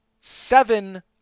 seven